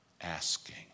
Asking